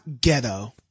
ghetto